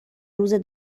روز